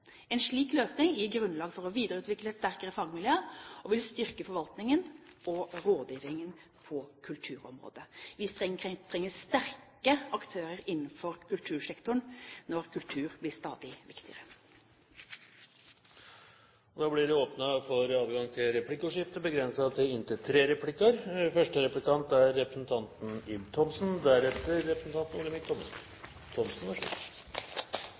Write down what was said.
En slik løsning gir grunnlag for å videreutvikle et sterkere fagmiljø, og vil styrke forvaltningen og rådgivningen på kulturområdet. Vi trenger sterke aktører innenfor kultursektoren når kultur blir stadig viktigere. Det blir åpnet for replikkordskifte. Jeg tok i mitt innlegg opp at berørte parter og ansatte ikke var tatt med på råd. Statsråden sier: Alle er hørt. Det er